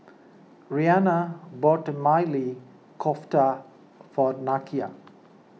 Reanna bought Maili Kofta for Nakia